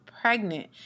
pregnant